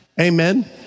Amen